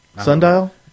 sundial